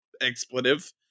expletive